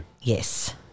Yes